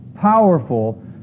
powerful